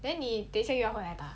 then 你等一下又要回来打